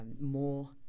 more